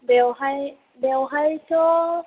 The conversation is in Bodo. बेवहाय बेवहायथ'